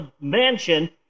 mansion